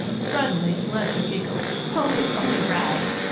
suddenly leslie giggled. oh, it's only rags!